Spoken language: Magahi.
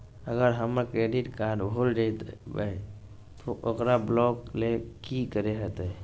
अगर हमर क्रेडिट कार्ड भूल जइबे तो ओकरा ब्लॉक लें कि करे होते?